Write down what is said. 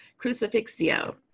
Crucifixio